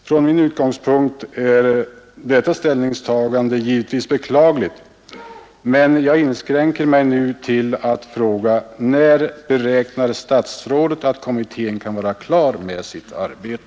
Från min utgångspunkt är detta ställningstagande givetvis beklagligt, men jag inskränker mig nu till att fråga: När beräknar statsrådet att kommittén kan vara färdig med sitt arbete?